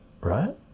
Right